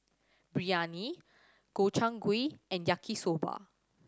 Biryani Gobchang Gui and Yaki Soba